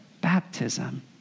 baptism